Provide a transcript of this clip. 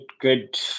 good